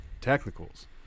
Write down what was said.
technicals